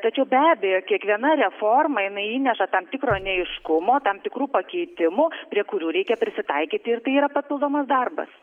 tačiau be abejo kiekviena reforma jinai įneša tam tikro neaiškumo tam tikrų pakeitimų prie kurių reikia prisitaikyti ir tai yra papildomas darbas